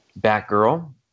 Batgirl